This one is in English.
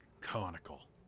conical